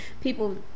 people